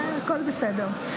הכול בסדר.